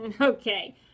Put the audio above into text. Okay